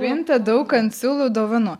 vien tik daug kas siūlo dovanų